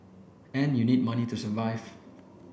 and you need money to survive